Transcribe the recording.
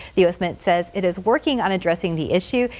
the assessment says it is working on addressing the issue.